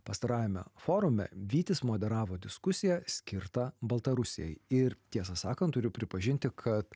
pastarajame forume vytis moderavo diskusiją skirtą baltarusijai ir tiesą sakant turiu pripažinti kad